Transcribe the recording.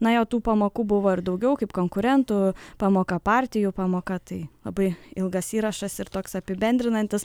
na jo tų pamokų buvo ir daugiau kaip konkurentų pamoka partijų pamoka tai labai ilgas įrašas ir toks apibendrinantis